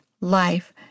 life